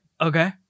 okay